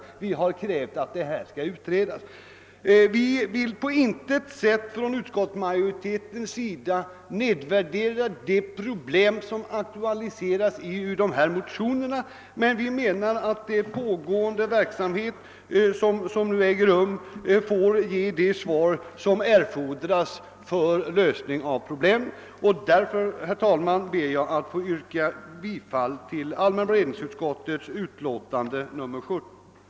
Vi inom utskottsmajoriteten vill på intet sätt nedvärdera de problem som aktualiserats i motionerna, men vi menar ait de pågående utredningarna bör få ge de svar som erfordras för en lösning av problemet. Därför, herr talman, ber jag att få yrka bifall till allmänna beredningsutskottets hemställan i dess utlåtande nr 78.